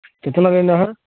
کتنا لینا ہے